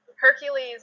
Hercules